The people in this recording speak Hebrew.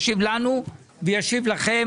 ישיב לנו וישיב לשואלים.